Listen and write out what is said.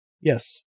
Yes